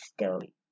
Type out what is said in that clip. story